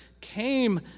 came